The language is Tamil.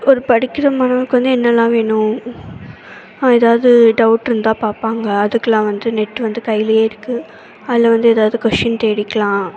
ஒரு படிக்கிற மாணவருக்கு வந்து என்னெல்லாம் வேணும் ஏதாவது டவுட் இருந்தால் பார்ப்பாங்க அதுக்கெல்லாம் வந்து நெட் வந்து கையிலேயே இருக்குது அதில் வந்து ஏதாவது கொஸின் தேடிக்கலாம்